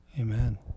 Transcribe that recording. Amen